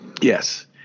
Yes